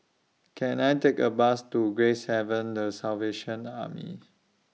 Can I Take A Bus to Gracehaven The Salvation Army